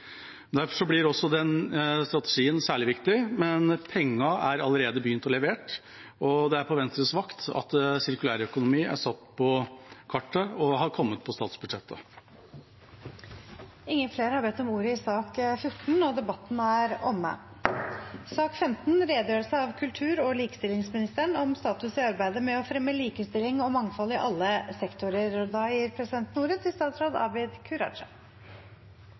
Derfor blir også den strategien særlig viktig. Men pengene har allerede begynt å levere, og det er på Venstres vakt at sirkulærøkonomi er satt på kartet og har kommet på statsbudsjettet. Flere har ikke bedt om ordet til sak nr. 14. For ett år siden holdt jeg min første likestillingspolitiske redegjørelse. Ingen så vel for seg hvordan året skulle bli. Håndteringen av korona har vært øverst på regjeringens dagsorden. Likestillingspolitisk redegjørelse 2021 gir en status i arbeidet med å fremme likestilling og mangfold i alle